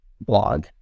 blog